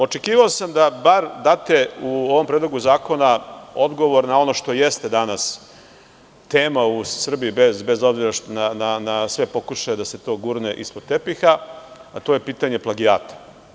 Očekivao sam da bar date u ovom predlogu zakona odgovor na ono što jeste danas tema u Srbiji, bez obzira na sve pokušaje da se to gurne ispod tepiha, a to je pitanje plagijata.